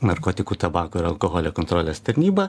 narkotikų tabako ir alkoholio kontrolės tarnyba